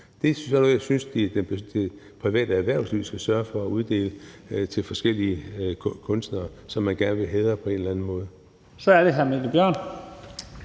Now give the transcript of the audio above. Det er sådan noget, som jeg synes at det private erhvervsliv skal sørge for at uddele til forskellige kunstnere, som man gerne vil hædre på en eller anden måde. Kl. 12:47 Første